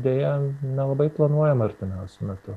deja nelabai planuojam artimiausiu metu